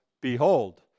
behold